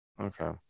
Okay